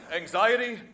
Anxiety